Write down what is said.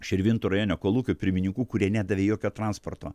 širvintų rajone kolūkių pirmininkų kurie nedavė jokio transporto